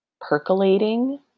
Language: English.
percolating